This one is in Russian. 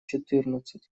четырнадцать